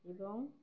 এবং